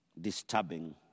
disturbing